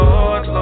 Lord